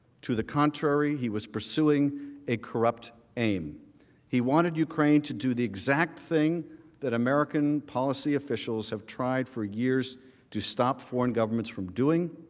to the contrary, he was pursuing a corrupt a he wanted ukraine to do the exact thing that american policy officials have tried for years to stop for and governments and doing.